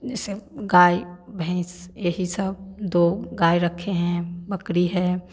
जैसे गाय भैंस ये ही सब दो गाय रखें हैं बकरी है